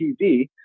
TV